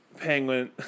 Penguin